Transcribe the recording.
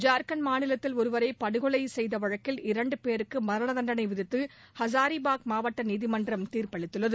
ஜா்க்கண்ட் மாநிலத்தில் ஒருவரை படுகொலை செய்த வழக்கில் இரண்டு பேருக்கு மரண தண்டனை விதித்து ஹசாரிபாக் மாவட்ட நீதிமன்றம் தீர்ப்பளித்துள்ளது